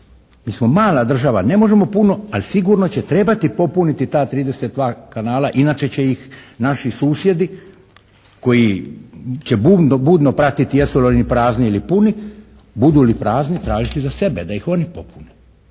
Mi smo mala država, ne možemo puno, ali sigurno će trebati popuniti ta 32 kanala inače će ih naši susjedi koji će budno, budno pratiti jesu li oni prazni ili puni. Budu li prazni tražit će za sebe da ih oni popune.